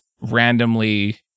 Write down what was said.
randomly